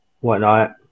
whatnot